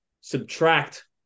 subtract